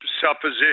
supposition